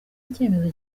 icyifuzo